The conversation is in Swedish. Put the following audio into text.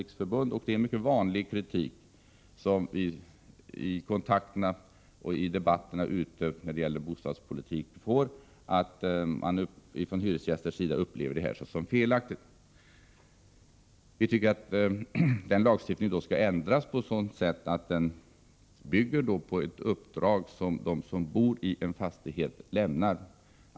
I den allmänna bostadspolitiska debatten är det mycket vanligt att det framförs kritik mot detta, och från hyresgästernas sida upplever man det som felaktigt. Vi tycker att lagstiftningen skall ändras på ett sådant sätt att förhandlingsrätten bygger på ett uppdrag som de som bor i en fastighet lämnar.